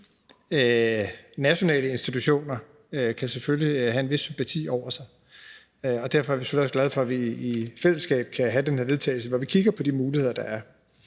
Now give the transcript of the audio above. nationale institutioner kan selvfølgelig have en vis sympati over sig, og derfor er vi selvfølgelig også glade for, at vi i fællesskab kan have det her forslag til vedtagelse, hvor vi kigger på de muligheder, der er.